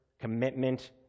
commitment